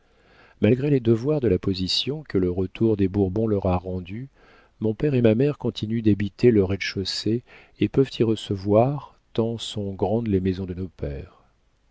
malgré les devoirs de la position que le retour des bourbons leur a rendue mon père et ma mère continuent d'habiter le rez-de-chaussée et peuvent y recevoir tant sont grandes les maisons de nos pères